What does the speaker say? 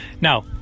Now